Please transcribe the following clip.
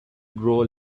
grow